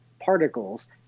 particles